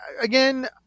again